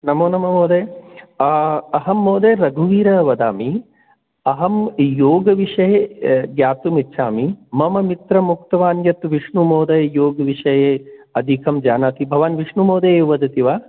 नमो नमः महोदय अहं महोदय रघुवीरः वदामि अहं योगविषये ज्ञातुम् इच्छामि मम मित्रम् उक्तवान् यत् विष्णुमहोदय योगविषये अधिकं जानाति भवान् विष्णुमहोदय एव वदति वा